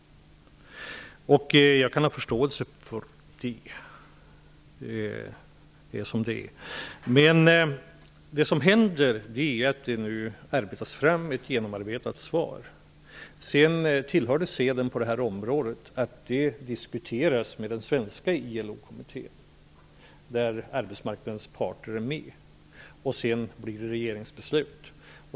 Jag kan ha förståelse för det. Nu kommer ett svar att arbetas fram. Det tillhör seden på detta område att svaret kommer att diskuteras med den svenska ILO-kommittén där arbetsmarknadens parter är representerade. Därefter blir det regeringsbeslut.